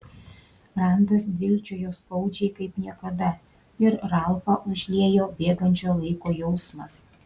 randas dilgčiojo skaudžiai kaip niekada ir ralfą užliejo bėgančio laiko jausmas